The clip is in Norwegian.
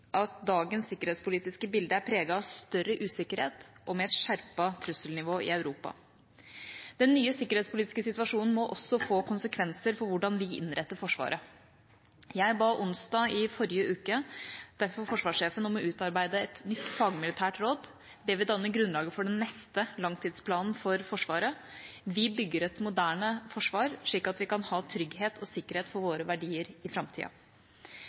at dagens sikkerhetspolitiske bilde er preget av større usikkerhet og et skjerpet trusselnivå i Europa. Den nye sikkerhetspolitiske situasjonen må også få konsekvenser for hvordan vi innretter Forsvaret. Jeg ba onsdag i forrige uke derfor forsvarssjefen om å utarbeide et nytt fagmilitært råd. Det vil danne grunnlaget for den neste langtidsplanen for Forsvaret. Vi bygger et moderne forsvar, slik at vi kan ha trygghet og sikkerhet for våre verdier i framtida.